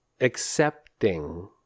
accepting